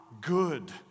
good